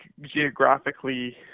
geographically